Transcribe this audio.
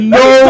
no